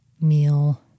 meal